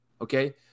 Okay